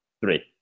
Three